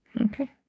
Okay